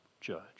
judge